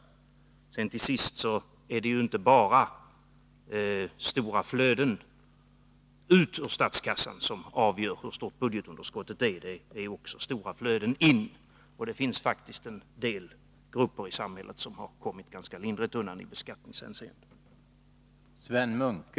Till sist vill jag säga att det är inte bara stora flöden ut ur statskassan som avgör hur stort budgetunderskottet är. Det är också stora flöden in, och det finns faktiskt en del grupper i samhället som har kommit ganska lindrigt undan i beskattningshänseende.